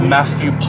Matthew